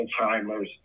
Alzheimer's